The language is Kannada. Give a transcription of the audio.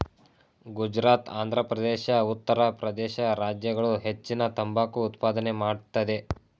ಗುಜರಾತ್, ಆಂಧ್ರಪ್ರದೇಶ, ಉತ್ತರ ಪ್ರದೇಶ ರಾಜ್ಯಗಳು ಹೆಚ್ಚಿನ ತಂಬಾಕು ಉತ್ಪಾದನೆ ಮಾಡತ್ತದೆ